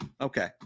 Okay